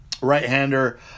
right-hander